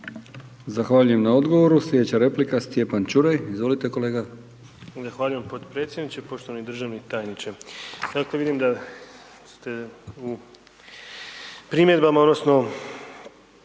Zahvaljujem na odgovoru. Slijedeća replika Stjepan Čuraj, izvolite kolega. **Čuraj, Stjepan (HNS)** Zahvaljujem potpredsjedniče. Poštovani državni tajniče, dakle, vidim da ste u primjedbama odnosno